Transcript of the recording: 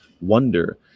Wonder